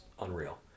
unreal